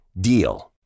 DEAL